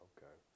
Okay